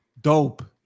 Dope